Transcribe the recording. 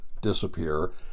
disappear